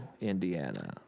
Indiana